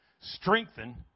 Strengthen